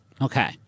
Okay